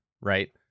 right